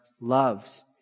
loves